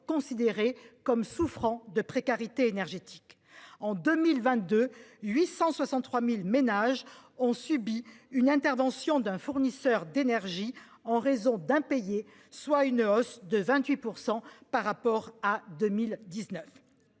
considérés comme souffrant de précarité énergétique en 2022, 863.000 ménages ont subi une intervention d'un fournisseur d'énergie en raison d'impayés, soit une hausse de 28% par rapport à 2019.